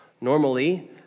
Normally